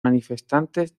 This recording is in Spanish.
manifestantes